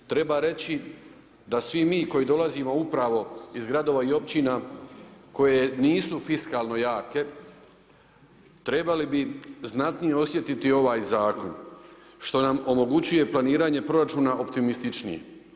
Treba reći da svi mi koji dolazimo upravo iz gradova i općina koje nisu fiskalno jake trebale bi znatnije osjetiti ovaj zakon što nam omogućuje planiranje proračuna optimističnije.